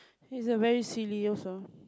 he's a very silly also